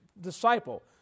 disciple